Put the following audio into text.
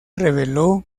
reveló